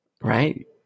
right